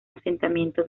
asentamiento